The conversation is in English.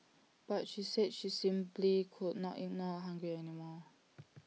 but she said she simply could not ignore A hungry animal